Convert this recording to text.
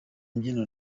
mbyino